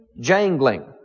jangling